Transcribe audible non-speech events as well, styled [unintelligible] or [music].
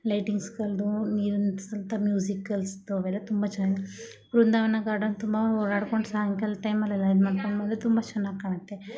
ಲೈಟಿಂಗ್ಸ್ಗಳದ್ದು ನೀರಿನ ಸುತ್ತ ಮ್ಯೂಸಿಕಲ್ಸ್ದು ಅವೆಲ್ಲ ತುಂಬ [unintelligible] ಬೃಂದಾವನ ಗಾರ್ಡನ್ ತುಂಬ ಓಡಾಡ್ಕೊಂಡು ಸಾಯಂಕಾಲದ ಟೈಮಲ್ಲೆಲ್ಲ ಇದು ಮಾಡ್ಕೊಂಡು ಬಂದರೆ ತುಂಬ ಚೆನ್ನಾಗಿ ಕಾಣುತ್ತೆ